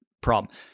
problem